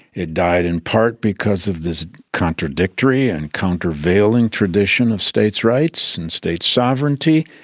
it died in part because of this contradictory and countervailing tradition of states' rights and state sovereignty.